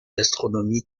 l’astronomie